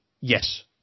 Yes